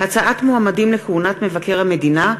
(הצעת מועמדים לכהונת מבקר המדינה),